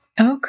Okay